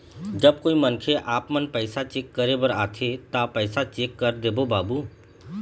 जब कोई मनखे आपमन पैसा चेक करे बर आथे ता पैसा चेक कर देबो बाबू?